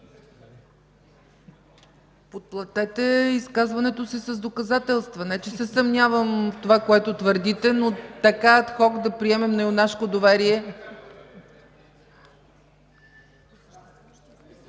Подплатете изказването си с доказателство – не че се съмнявам в това, което твърдите, но така адхок да приемем, на юнашко доверие!?